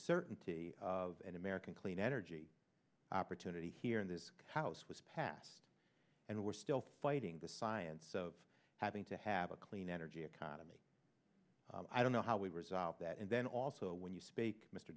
certainty of an american clean energy opportunity here in this house was passed and we're still fighting the science of having to have a clean energy economy i don't know how we resolve that and then also when you speak mr